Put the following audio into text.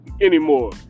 anymore